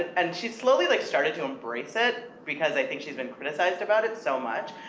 and she's slowly like started to embrace it, because i think she's been criticized about it so much,